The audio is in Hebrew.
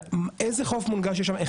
איזה חוף מונגש יש שם?